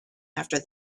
after